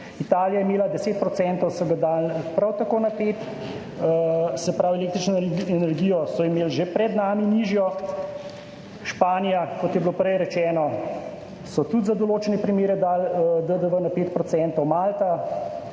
Italija je imela 10 %, so ga dali prav tako na 5 %. Se pravi, električno energijo so imeli nižjo že pred nami. V Španiji, kot je bilo prej rečeno, so tudi dali za določene primere DDV na 5 %, Malta